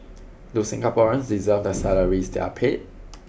do Singaporeans deserve the salaries they are paid